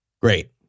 great